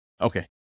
Okay